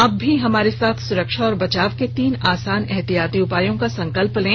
आप भी हमारे साथ सुरक्षा और बचाव के तीन आसान एहतियाती उपायों का संकल्प लें